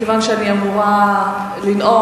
מכיוון שאני אמורה לנאום,